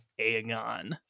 Aegon